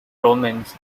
romans